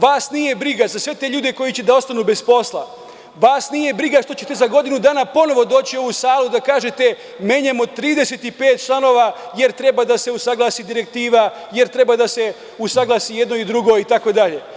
Vas nije briga za sve te ljude koji će da ostanu bez posla, vas nije briga što ćete za godinu dana ponovo doći u ovu salu da kažete – menjamo 35 članova, jer treba da se usaglasi direktiva, jer treba da se usaglasi jedno i drugo, itd.